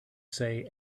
say